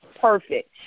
perfect